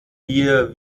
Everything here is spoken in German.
wir